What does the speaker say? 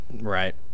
Right